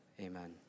amen